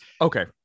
Okay